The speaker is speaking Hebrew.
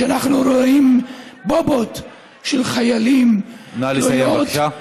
כשאנחנו רואים בובות של חיילים, נא לסיים, בבקשה.